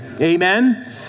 Amen